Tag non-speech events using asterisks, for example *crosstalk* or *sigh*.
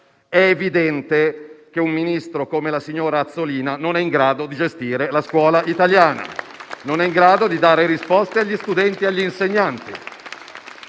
è evidente che un ministro come la signora Azzolina non è in grado di gestire la scuola italiana. *applause* non è in grado di dare risposte agli studenti e agli insegnanti.